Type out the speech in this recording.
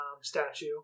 statue